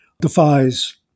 defies